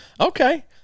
Okay